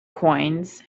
coins